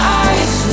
eyes